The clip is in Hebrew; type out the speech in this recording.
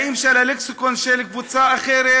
האם לפי הלקסיקון של קבוצה אחרת,